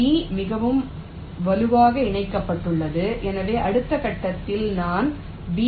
B மிகவும் வலுவாக இணைக்கப்பட்டுள்ளது எனவே அடுத்த கட்டத்தில் நான் B 10 ஐ வைப்பேன்